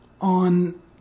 on